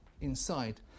inside